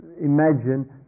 imagine